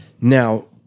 Now